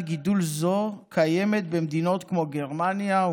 גידול זו קיימת במדינות כמו גרמניה,